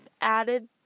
added